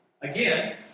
Again